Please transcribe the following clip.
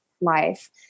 life